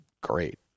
great